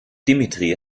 dimitri